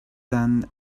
than